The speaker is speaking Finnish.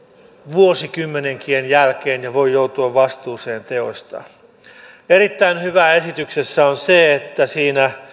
vuosikymmenienkin jälkeen jolloin voi joutua vastuuseen teoistaan erittäin hyvää esityksessä on se että siinä